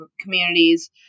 communities